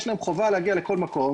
יש להם חובה להגיע ל כל מקום,